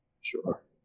Sure